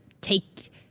take